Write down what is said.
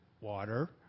water